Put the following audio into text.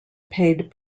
paid